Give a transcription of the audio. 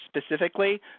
specifically